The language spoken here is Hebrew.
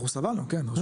אנחנו סבלנו כן.